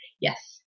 Yes